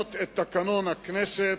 לשנות את תקנון הכנסת,